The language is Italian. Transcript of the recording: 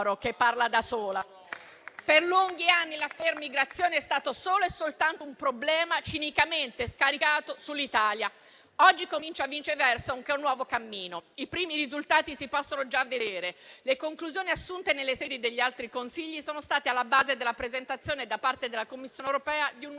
Per lunghi anni, l'*affaire* immigrazione è stato solo e soltanto un problema cinicamente scaricato sull'Italia. Oggi comincia, viceversa, un nuovo cammino. I primi risultati si possono già vedere. Le conclusioni assunte nelle sedi degli altri Consigli sono state alla base della presentazione, da parte della Commissione europea, di un nuovo piano